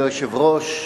אדוני היושב-ראש,